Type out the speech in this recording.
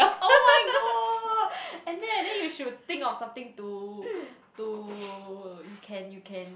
oh-my-god and then and then you should think of something to to you can you can